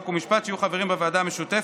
חוק ומשפט שיהיו חברים בוועדה המשותפת,